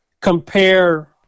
compare